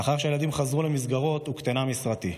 לאחר שהילדים חזרו למסגרות, הוקטנה משרתי.